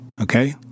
Okay